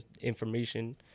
information